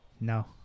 No